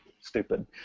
stupid